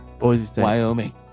Wyoming